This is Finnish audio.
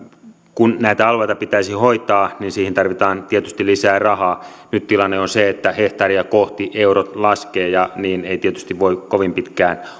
kun näitä alueita pitäisi hoitaa niin siihen tarvitaan tietysti lisää rahaa nyt tilanne on se että hehtaaria kohti eurot laskevat ja niin ei tietysti voi kovin pitkään